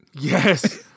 Yes